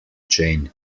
chain